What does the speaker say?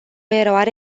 eroare